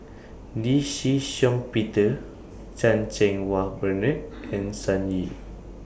Lee Shih Shiong Peter Chan Cheng Wah Bernard and Sun Yee